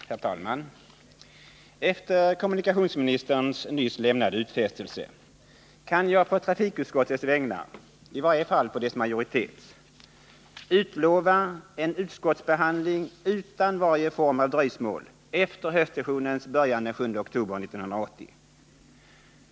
Herr talman! Efter kommunikationsministerns nyss lämnade utfästelse kan jag på trafikutskottets vägnar — i varje fall på dess majoritets — utlova en utskottsbehandling utan varje form av dröjsmål efter höstsessionens början den 7 oktober 1980.